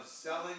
selling